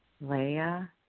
Leah